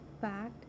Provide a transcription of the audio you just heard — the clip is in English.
fact